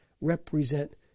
Represent